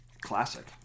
classic